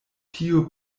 tiu